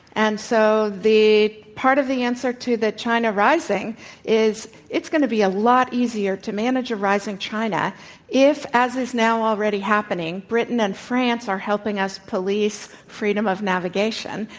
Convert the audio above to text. and so, the part of the answer to the china rising is it's going to be a lot easier to manage a rising china if, as is now already happening, britain and france are helping us police freedom of navigation.